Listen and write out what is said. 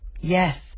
Yes